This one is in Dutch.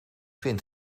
vind